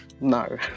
No